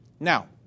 Now